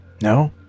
No